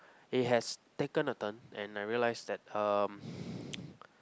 it has taken a turn and I realize that um